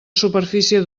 superfície